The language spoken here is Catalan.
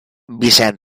vicent